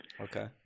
Okay